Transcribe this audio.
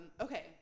Okay